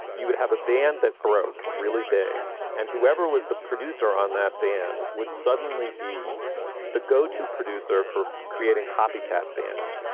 you would have a band that broke really big and whoever was the producer on that band would suddenly be the go to producer for creating copycat bands.